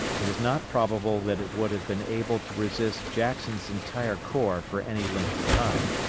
it is not probable that it would have been able to resist jackson's entire corps for any length of time.